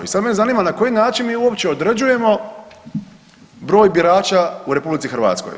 I sad me zanima na koji način mi uopće određujemo broj birača u RH.